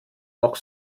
noch